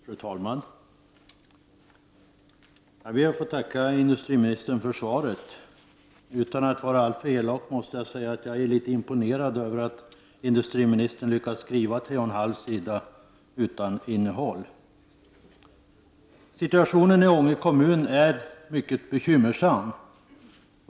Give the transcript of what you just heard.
Fru talman! Jag ber att få tacka industriministern för svaret. Utan att vara alltför elak, måste jag säga att jag är imponerad över att industriministern lyckas skriva tre och en halv sida utan innehåll. Situationen i Ånge kommun är mycket bekymmersam.